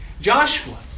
Joshua